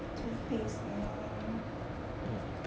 toothpaste err